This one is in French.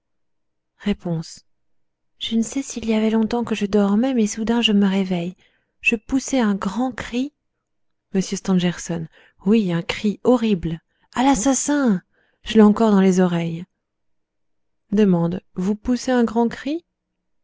je ne sais s'il y avait longtemps que je dormais mais soudain je me réveille je poussai un grand cri m stangerson oui un cri horrible à l'assassin je l'ai encore dans les oreilles d vous poussez un grand cri